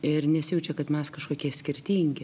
ir nesijaučia kad mes kažkokie skirtingi